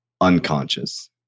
unconscious